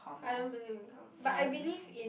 I don't believe in karma but I believe in